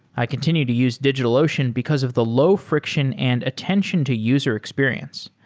i continue to use digitalocean because of the low friction and attention to user experience.